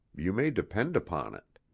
you may depend upon it.